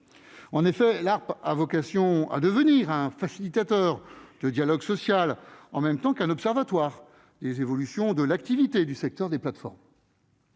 En effet, l'ARPE a vocation à devenir un facilitateur du dialogue social, en même temps qu'un observatoire des évolutions de l'activité du secteur des plateformes.